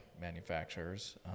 manufacturers